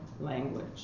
language